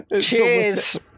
Cheers